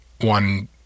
one